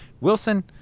Wilson